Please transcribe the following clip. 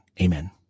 Amen